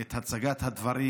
את הצגת הדברים,